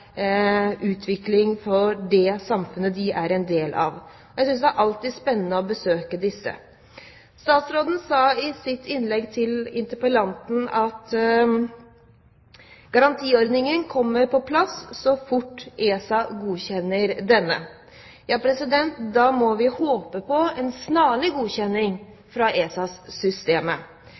utvikling for det samfunnet de er en del av, og jeg synes det alltid er spennende å besøke dem. Statsråden sa i sitt innlegg til interpellanten at garantiordningen kommer på plass så fort ESA godkjenner denne. Da må vi håpe på en snarlig godkjenning fra